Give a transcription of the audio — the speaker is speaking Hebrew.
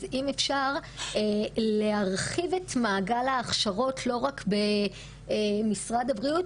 אז אם אפשר פשוט להרחיב את מעגל ההכשרות לא רק במשרד הבריאות,